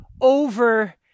over